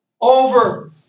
over